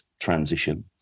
transition